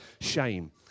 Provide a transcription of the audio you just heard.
shame